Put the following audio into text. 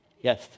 Yes